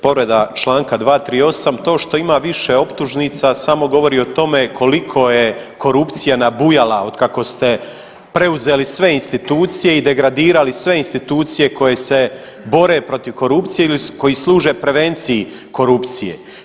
Povreda Članka 238., to što ima više optužnica samo govori o tome koliko je korupcija nabujala od kako ste preuzeli sve institucije i degradirali sve institucije koje se bore protiv korupcije ili koji služe prevenciji korupcije.